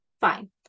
Fine